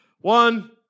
One